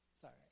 Sorry